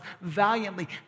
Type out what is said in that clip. valiantly